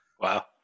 Wow